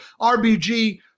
RBG